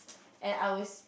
I always